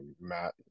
Matt